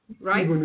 right